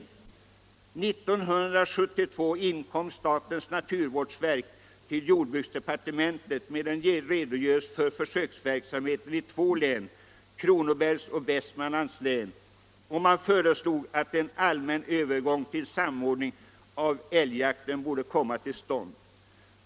År 1972 inkom statens naturvårdsverk till jordbruksdepartementet med en redogörelse för försöksverksamheten i två län — Kronobergs och Västmanlands län — och man föreslog att en allmän övergång till samordning av älgjakten borde komma till stånd.